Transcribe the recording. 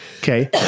Okay